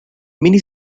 mini